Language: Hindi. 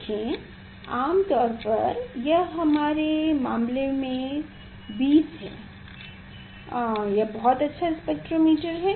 देखें आम तौर पर यह हमारे मामले में 20 है यह बहुत अच्छा स्पेक्ट्रोमीटर है